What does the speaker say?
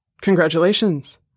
Congratulations